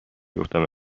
گفتم